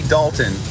Dalton